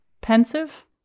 Pensive